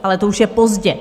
Ale to už je pozdě.